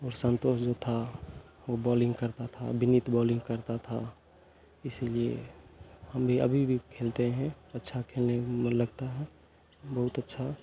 और संतोष जो था वो बॉलिंग करता था विनीत बॉलिंग करता था इसलिए हम भी अभी भी खेलते हैं अच्छा खेलने मे मन लगता है बहुत अच्छा